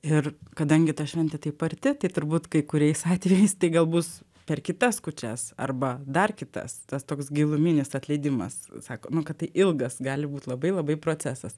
ir kadangi ta šventė taip arti tai turbūt kai kuriais atvejais tai gal bus per kitas kūčias arba dar kitas tas toks giluminis atleidimas sako nu kad tai ilgas gali būt labai labai procesas